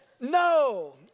No